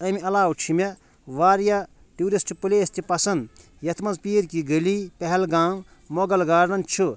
اَمہِ علاوٕ چھِ مےٚ واریاہ ٹیوٗرِسٹہٕ پُلیس تہِ پَسنٛد یَتھ منٛز پیٖر کی گٔلی پہلگام مۄغل گارڈن چھُ